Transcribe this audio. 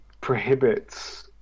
prohibits